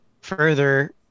further